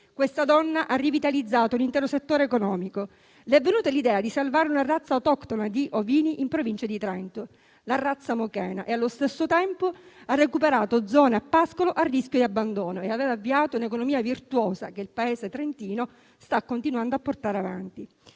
Questa donna ha rivitalizzato un intero settore economico: le è venuta l'idea di salvare una razza autoctona di ovini in provincia di Trento, la razza mochena, e allo stesso tempo ha recuperato al pascolo zone a rischio di abbandono. Ha avviato un'economia virtuosa che il paese trentino sta continuando a portare avanti.